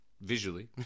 visually